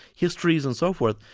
histories and so forth.